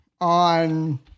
on